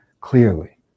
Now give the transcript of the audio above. clearly